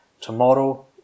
Tomorrow